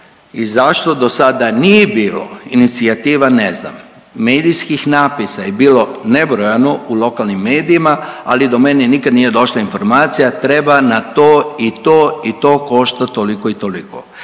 i zašto do sada nije bilo inicijativa ne znam. Medijskih napisa je bilo nebrojano u lokalnim medijima, ali do mene nikad nije došla informacija treba na to i to i to košta toliko i toliko.